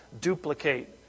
duplicate